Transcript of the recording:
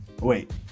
wait